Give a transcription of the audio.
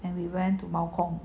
and we went to hong kong